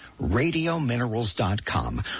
radiominerals.com